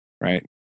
right